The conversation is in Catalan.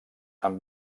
han